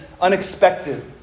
unexpected